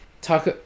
talk